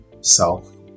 self